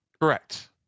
Correct